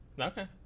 okay